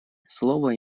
слово